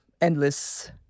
endless